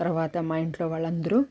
తరవాత మా ఇంట్లో వాళ్ళందరూ